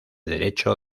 derecho